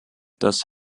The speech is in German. das